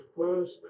first